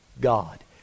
God